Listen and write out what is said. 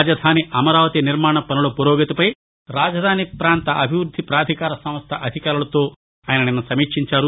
రాజధాని అమరావతి నిర్మాణ పనుల పురోగతిపై రాజధాని పాంత అభివృద్ది పాధికార సంస్ద అధికారులతో ఆయన నిన్న సమీక్షించారు